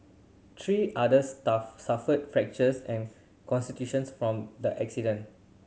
three others stuff suffered fractures and from the accident